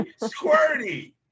squirty